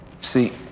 See